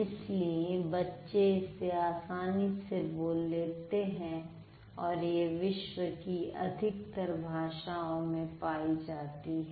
इसलिए बच्चे इसे आसानी से बोल लेते हैं और यह विश्व की अधिकतर भाषाओं में पाई जाती है